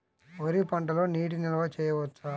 వరి పంటలో నీటి నిల్వ చేయవచ్చా?